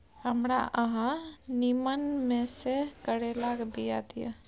हमरा अहाँ नीमन में से करैलाक बीया दिय?